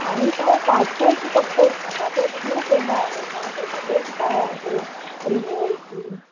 आणि तो पासपोर्टची पक्त एक सांगा तो रिन्यू केला आहे का त्याची डेट काय आहे रिन्यूअलची